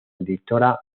editora